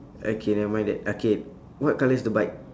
okay nevermind that okay what colour is the bike